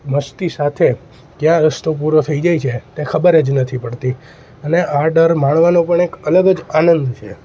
મસ્તી સાથે ક્યાં રસ્તો પૂરો થઈ જાય છે તે ખબર જ નથી પડતી અને આ ડર માણવાનો પણ એક અલગ જ આનંદ છે